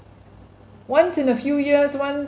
once in a few years once